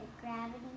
Gravity